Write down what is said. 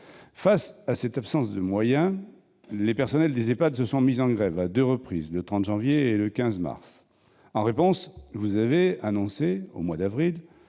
Face à cette absence de moyens, les personnels des EHPAD se sont mis en grève à deux reprises, le 30 janvier et le 15 mars derniers. En réponse, madame la ministre, vous avez annoncé, au mois d'avril,